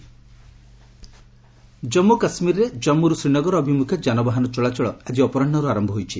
JK weather Jammu କାଶ୍ମୀରରେ' ଜାମ୍ମୁରୁ ଶ୍ରୀନଗର ଅଭିମୁଖେ ଯାନବାହନ ଚଳାଚଳ ଆଜି ଅପରାହୁଠାର୍ ଆରମ୍ଭ ହୋଇଛି